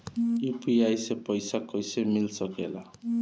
UPI से पइसा कईसे मिल सके ला?